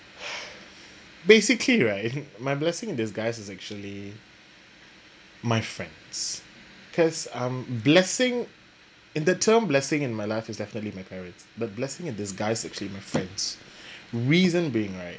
basically right my blessing in disguise is actually my friends because um blessing in the term blessing in my life is definitely my parents but blessing in disguise actually my friends reason being right